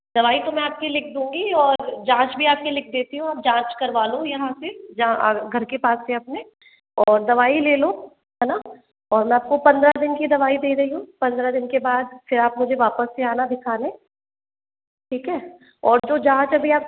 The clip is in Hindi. दवाई में आप को लिख दूंगी और जाँच भी आप की लिख देती हूँ आप जाँच करवा लो यहाँ से जहाँ घर के पास से अपने और दवाई ले लो है ना और मैं आप को पंद्रह दिन की दवाई दे रही हूँ पंद्रह दिन के बाद फिर आप मुझे वापस से आना दिखाने ठीक है और जो जाँच अभी आप